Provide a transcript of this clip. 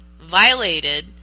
violated